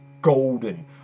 golden